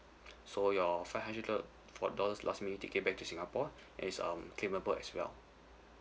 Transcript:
so your five hundred dor~ for those last minute ticket back to singapore is um claimable as well